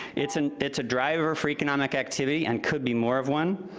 it's and it's a driver for economic activity, and could be more of one,